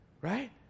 Right